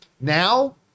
now